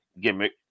gimmick